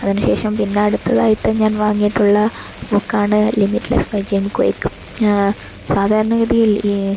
അതിനുശേഷം പിന്നെ അടുത്തതായിട്ട് ഞാൻ വാങ്ങിയിട്ടുള്ള ബുക്കാണ് ലിമിറ്റ്ലെസ്സ് ബൈ ജിം ക്വിക് സാധാരണ ഗതിയിൽ ഈ